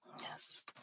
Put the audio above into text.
Yes